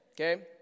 Okay